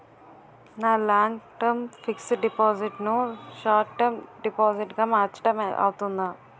నా long term fixed deposit ను short term deposit గా మార్చటం అవ్తుందా?